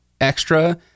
extra